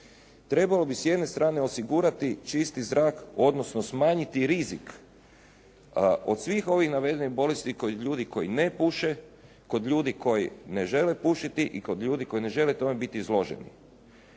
Trebao bi s jedne osigurati čisti zrak odnosno smanjiti rizik od svih ovih navedenih bolesti kod ljudi koji ne puše, kod ljudi koji ne žele pušiti i kod ljudi koji ne žele tome biti izloženi.